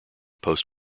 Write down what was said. post